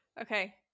okay